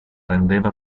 rendeva